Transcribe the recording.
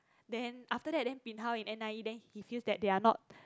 then after that then bin hao in n_i_e then he feels that they are not